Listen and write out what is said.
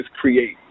create